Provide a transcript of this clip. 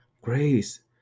Grace